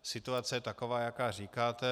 Situace je taková, jak říkáte.